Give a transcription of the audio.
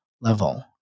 level